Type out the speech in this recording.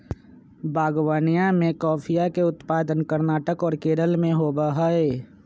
बागवनीया में कॉफीया के उत्पादन कर्नाटक और केरल में होबा हई